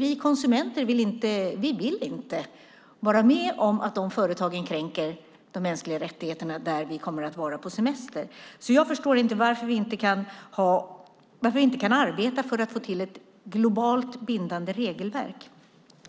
Vi konsumenter vill inte vara med om att företagen kränker de mänskliga rättigheterna där vi är på semester. Jag förstår inte varför vi inte kan arbeta för att få till ett globalt bindande regelverk.